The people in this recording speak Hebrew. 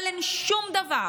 אבל אין שום דבר,